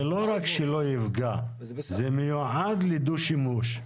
זה לא רק שלא יפגע, זה מיועד לדו שימוש.